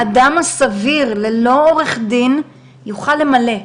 האדם הסביר, ללא עורך דין, יוכל למלא.